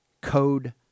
Code